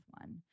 one